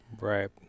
Right